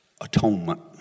atonement